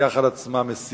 תיקח על עצמה משימות.